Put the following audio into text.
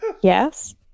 Yes